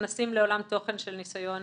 נכנסים לעולם תוכן של ניסיון